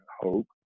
hope